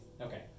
Okay